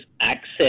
access